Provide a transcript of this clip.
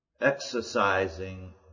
exercising